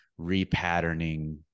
repatterning